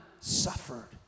suffered